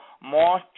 more